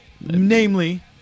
Namely